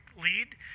lead